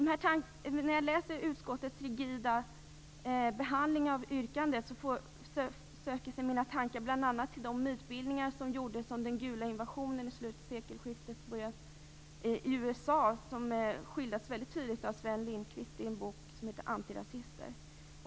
När jag läser utskottets rigida behandling av yrkandet söker sig mina tankar bl.a. till de mytbildningar som gjordes om den gula invasionen i sekelskiftet i USA. Det skildras väldigt tydligt av Sven Lindqvist i en bok som heter Antirasister.